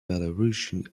belarusian